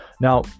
Now